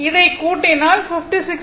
இதை கூட்டினால் 56